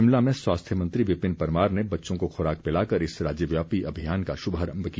शिमला में स्वास्थ्य मंत्री विपिन परमार ने बच्चों को खुराक पिलाकर इस राज्यव्यापी अभियान का शुभारम्भ किया